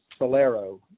Solero